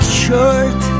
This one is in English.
shirt